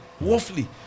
Woefully